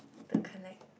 the connect